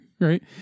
Right